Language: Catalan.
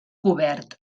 cobert